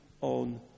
on